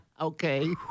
Okay